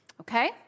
okay